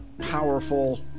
powerful